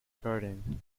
garden